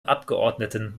abgeordneten